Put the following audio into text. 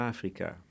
Afrika